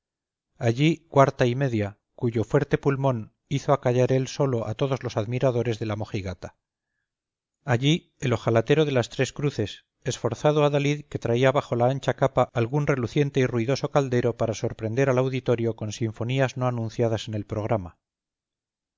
allí cuarta y media cuyo fuerte pulmón hizo acallar él solo a todos los admiradores de la mojigata allí el hojalatero de las tres cruces esforzado adalid que traía bajo la ancha capa algún reluciente y ruidoso caldero para sorprender al auditorio con sinfonías no anunciadas en el programa